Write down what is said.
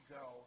go